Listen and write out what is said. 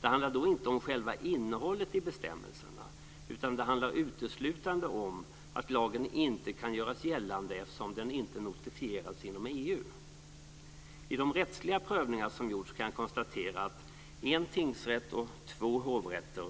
Det handlar då inte om själva innehållet i bestämmelserna, utan det handlar uteslutande om att lagen inte kan göras gällande eftersom den inte notifierats inom EU. I de rättsliga prövningar som gjorts kan jag konstatera att en tingsrätt och två hovrätter